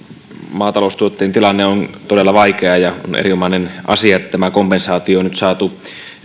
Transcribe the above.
maataloustuottajien tilanne on todella vaikea ja on erinomainen asia että tämä kompensaatio on nyt saatu